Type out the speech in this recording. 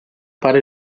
para